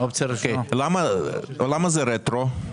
למה זה רטרו?